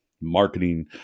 marketing